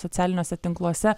socialiniuose tinkluose